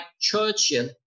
Churchill